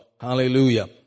Hallelujah